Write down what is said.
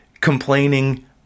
complaining